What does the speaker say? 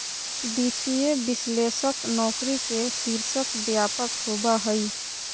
वित्तीय विश्लेषक नौकरी के शीर्षक व्यापक होबा हइ